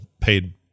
paid